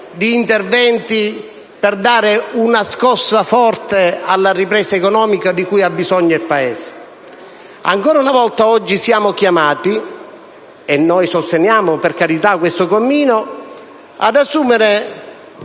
di interventi per dare una scossa forte alla ripresa economica di cui ha bisogno il Paese. Ancora una volta, oggi siamo chiamati - e noi sosteniamo questo cammino - ad assumere